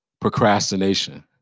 procrastination